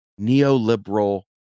neoliberal